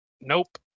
Nope